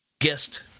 guest